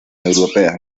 europea